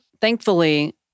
Thankfully